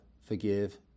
forgive